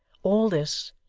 all this,